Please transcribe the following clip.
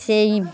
সেই